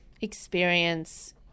experience